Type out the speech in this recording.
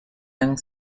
young